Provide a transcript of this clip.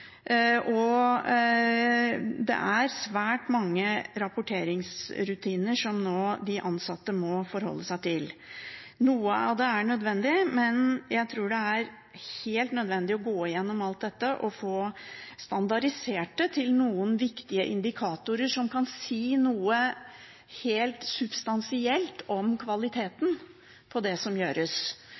og det er svært mange rapporteringsrutiner som de ansatte nå må forholde seg til. Noe av det er nødvendig, men jeg tror det er helt nødvendig å gå gjennom alt dette og få standardisert det til noen viktige indikatorer som kan si noe helt substansielt om kvaliteten på det som gjøres,